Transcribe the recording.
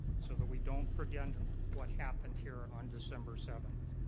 so that we don't forget and what happened here on december seventh